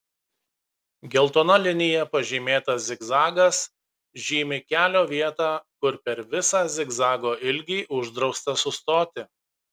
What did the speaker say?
geltona linija pažymėtas zigzagas žymi kelio vietą kur per visą zigzago ilgį uždrausta sustoti